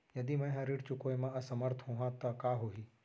यदि मैं ह ऋण चुकोय म असमर्थ होहा त का होही?